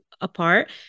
apart